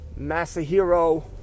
Masahiro